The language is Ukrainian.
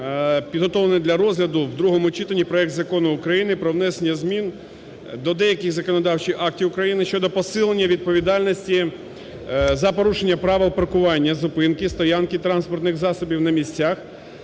підготовлений для розгляду в другому читанні проект Закону України про внесення змін до деяких законодавчих актів України щодо посилення відповідальності за порушення правил паркування, запинки, стоянки транспортних засобів на місцях